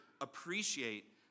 appreciate